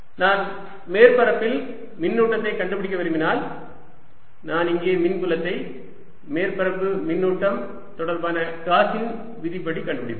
நான் மேற்பரப்பில் மின்னூட்டத்தை கண்டுபிடிக்க விரும்பினால் நான் இங்கே மின்புலத்தை மேற்பரப்பு மின்னூட்டம் தொடர்பான காஸின் விதிப்படி கண்டுபிடிப்பேன்